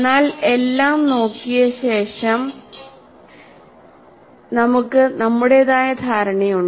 എന്നാൽ എല്ലാം നോക്കിയ ശേഷം നമുക്ക് നമ്മുടേതായ ധാരണയുണ്ട്